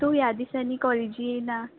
तूं ह्या दिसानी कॉलेजी येयना